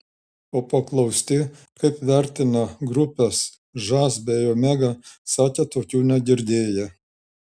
o paklausti kaip vertina grupes žas bei omega sakė tokių negirdėję